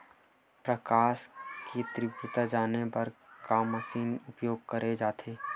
प्रकाश कि तीव्रता जाने बर का मशीन उपयोग करे जाथे?